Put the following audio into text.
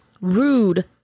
Rude